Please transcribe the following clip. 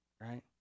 right